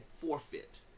forfeit